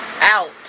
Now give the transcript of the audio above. out